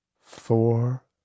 four